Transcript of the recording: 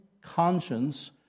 conscience